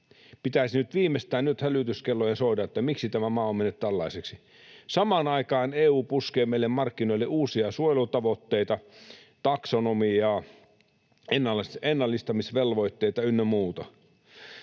Pitäisi viimeistään nyt hälytyskellojen soida, että miksi tämä maa on mennyt tällaiseksi. Samaan aikaan EU puskee meille markkinoille uusia suojelutavoitteita, taksonomiaa, ennallistamisvelvoitteita ynnä muuta.